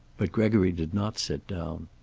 but gregory did not sit down.